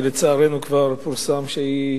שלצערנו כבר פורסם שהיא